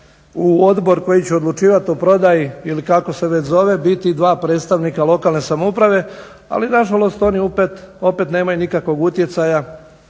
u odbor koji će odlučivati o prodaji ili kako se već zove biti dva predstavnika lokalne samouprave. ali nažalost oni opet nemaju nikakvog utjecaja